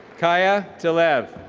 kaia, telev.